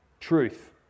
Truth